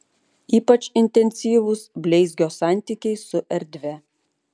ypač intensyvūs bleizgio santykiai su erdve